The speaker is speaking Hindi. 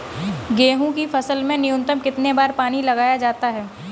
गेहूँ की फसल में न्यूनतम कितने बार पानी लगाया जाता है?